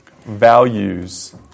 values